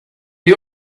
you